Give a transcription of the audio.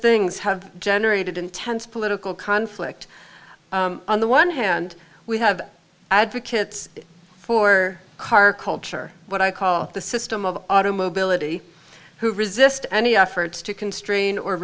things have generated intense political conflict on the one hand we have advocates for car culture what i call the system of auto mobility who resist any efforts to constrain or